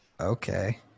Okay